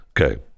Okay